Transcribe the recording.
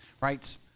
right